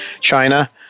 China